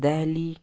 Delhi